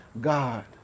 God